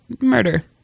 murder